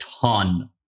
ton